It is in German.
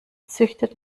züchtet